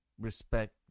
Respect